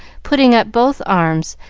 putting up both arms,